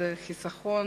התשס"ט 2009,